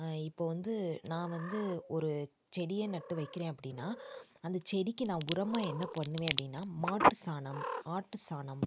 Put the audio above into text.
இப்போ வந்து நான் வந்து ஒரு செடியை நட்டு வைக்கிறேன் அப்படினா அந்த செடிக்கு நான் உரமாக என்ன பண்ணுவேன் அப்படினா மாட்டு சாணம் ஆட்டு சாணம்